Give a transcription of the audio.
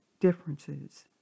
differences